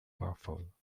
baffle